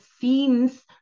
seems